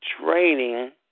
training